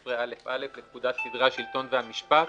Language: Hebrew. בסעיף 18א(א) לפקודת סדרי השלטון והמשפט,